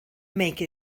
make